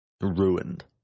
ruined